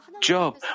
Job